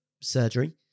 surgery